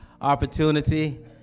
opportunity